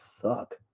suck